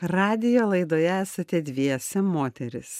radijo laidoje esate dviese moterys